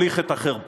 לאן נוליך את החרפה?